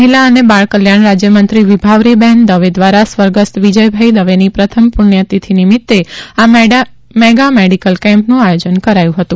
મહિલા અને બાળ કલ્યાણ રાજ્યમંત્રી વિભાવરીબહેન દવે દ્વારા સ્વર્ગસ્થ વિજયભાઈ દવેની પ્રથમ પુણ્યતિથી નિમિત્ત આ મેગા મેડિકલ કેમ્પનું આયોજન કરાયું હતું